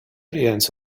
aliens